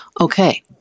Okay